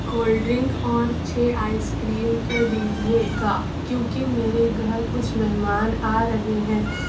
cold drink اور چھ ice cream کر دیجیے گا کیونکہ میرے گھر کچھ مہمان آ رہے ہیں